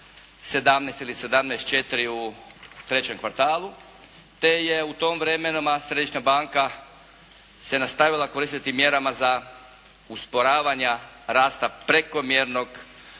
17 ili 17,4% u trećem kvartalu te je u tom vremenu središnja banka se nastavila koristiti mjerama za usporavanje rasta prekomjernog